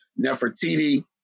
Nefertiti